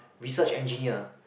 research engineer